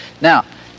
Now